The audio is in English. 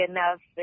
Enough